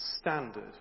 standard